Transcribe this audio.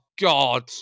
God